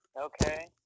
Okay